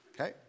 Okay